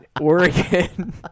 Oregon